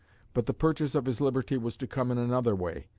but the purchase of his liberty was to come in another way.